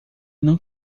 não